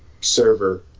server